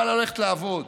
אבל הולכת לעבוד.